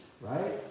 right